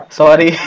sorry